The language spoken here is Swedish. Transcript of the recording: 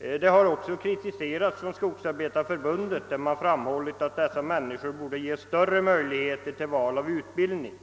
Även detta har kritiserats av Skogsarbetareförbundet, som framhållit att dessa människor borde ges större möjligheter till val av utbildning,